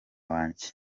wanjye